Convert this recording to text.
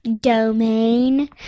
domain